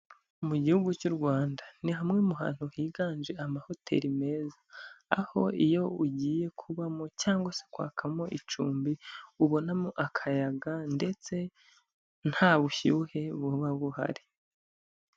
Mu Gihugu cy'u Rwanda ni hamwe mu hantu higanje amahoteri meza, aho iyo ugiye kubamo cyangwa se kwakamo icumbi ubonamo akayaga ndetse nta bushyuhe buba buhari.